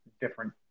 different